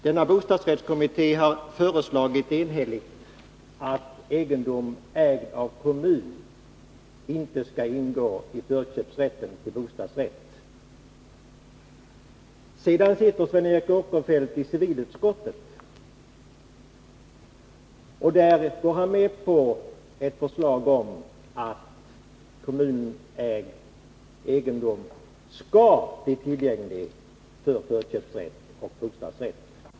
Denna bostadsrättskommitté har enhälligt föreslagit att förköpsrätt beträffande bostadsrätt inte skall vara aktuellt när det gäller egendom ägd av en kommun. Sedan sitter Sven Eric Åkerfeldt i civilutskottet, och där går han med på ett förslag om att kommunägd egendom skall bli tillgänglig för förköpsrätt och bostadsrätt.